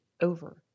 over